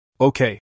Okay